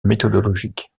méthodologique